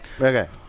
Okay